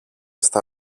στα